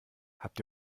habt